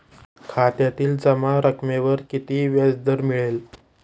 खात्यातील जमा रकमेवर किती व्याजदर मिळेल?